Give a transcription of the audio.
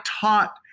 taught